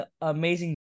amazing